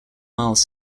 miles